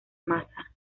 massa